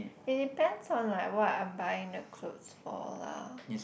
it depends on like what I'm buying the clothes for lah